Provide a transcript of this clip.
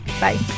Bye